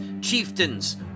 chieftains